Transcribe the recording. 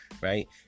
right